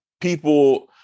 people